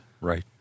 right